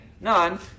None